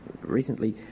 Recently